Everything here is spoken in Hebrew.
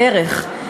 ערך,